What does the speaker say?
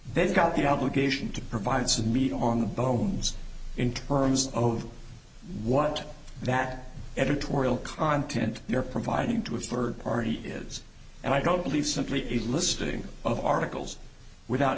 they've got the obligation to provide some meat on the bones in terms of what that editorial content you're providing to his third party is and i don't believe simply a listing of articles without